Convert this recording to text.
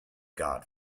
god